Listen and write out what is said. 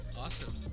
Awesome